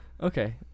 okay